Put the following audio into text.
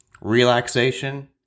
relaxation